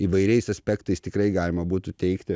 įvairiais aspektais tikrai galima būtų teigti